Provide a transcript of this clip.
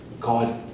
God